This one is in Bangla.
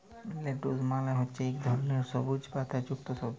লেটুস মালে হছে ইক ধরলের সবুইজ পাতা যুক্ত সবজি